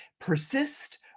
persist